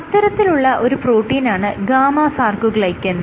അത്തരത്തിലുള്ള ഒരു പ്രോട്ടീനാണ് ഗാമ സാർകോഗ്ലൈക്കൻ